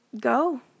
go